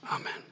Amen